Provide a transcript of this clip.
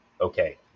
okay